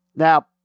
Now